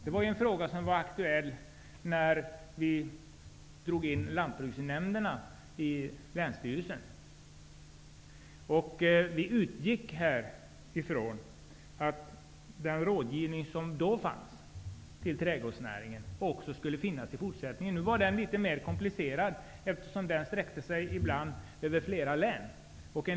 Det är en fråga som var aktuell när lantbruksnämndernas arbete fördes över till länsstyrelserna. Vi utgick från att den rådgivning som då fanns till trädgårdsnäringen också skulle finnas i fortsättningen. Verksamheten var tidigare litet mer komplicerad eftersom organisationen sträckte sig över flera län.